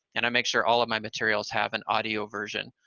and i make sure all of my materials have an audio version.